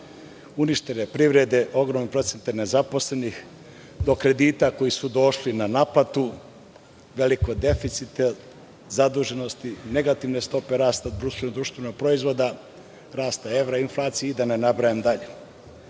uništene privrede, ogromnog procenta nezaposlenih, do kredita koji su došli na naplatu, velikog deficita, zaduženosti, negativne stope rasta BDP, rasta evra, inflacije, i da ne nabrajam dalje. Na